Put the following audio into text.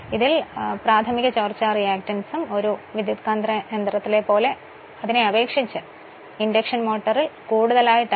അതിനാൽ തുടർന്ന് പ്രാഥമിക ചോർച്ചാ റിയാക്റ്റൻസും ഒരു ട്രാൻസ്ഫോമറിലേതിനെ അപേക്ഷിച്ച് ഇൻഡക്ഷൻ മോട്ടോറിൽ കൂടുതലാണ്